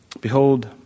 Behold